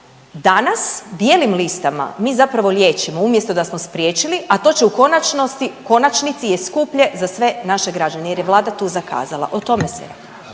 Danas bijelim listama mi zapravo liječimo umjesto da smo spriječili, a to će u konačnosti, u konačnici je skuplje za sve naše građane jer je Vlada tu zakazala. O tome se